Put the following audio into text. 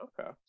Okay